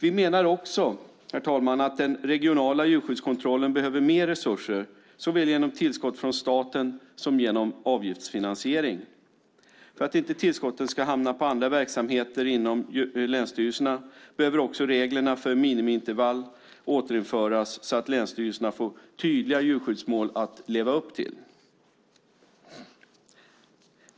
Vi menar också, herr talman, att den regionala djurskyddskontrollen behöver mer resurser, såväl genom tillskott från staten som genom avgiftsfinansiering. För att inte tillskotten ska hamna på andra verksamheter inom länsstyrelserna behöver också reglerna för minimiintervall återinföras så att länsstyrelserna får tydliga djurskyddsmål att leva upp till.